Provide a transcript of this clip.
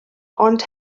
ond